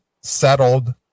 settled